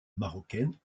marocaine